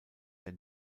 der